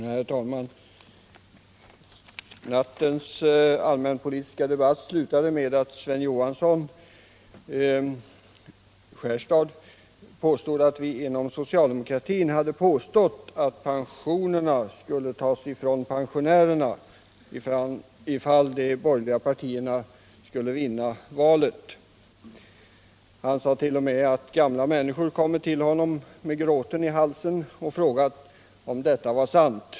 Herr talman! Nattens allmänpolitiska debatt slutade med att Sven Johansson i Skärstad påstod att vi inom socialdemokratin hade påstått att pensionerna skulle tas ifrån pensionärerna ifall de borgerliga partierna skulle vinna valet. Han sade t.o.m. att gamla människor kommit till honom med gråten i halsen och frågat om detta var sant.